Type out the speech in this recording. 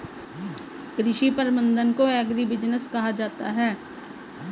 कृषि प्रबंधन को एग्रीबिजनेस कहा जाता है